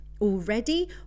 already